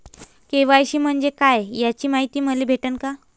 KYC म्हंजे काय याची मायती मले भेटन का?